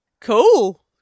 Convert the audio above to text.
Cool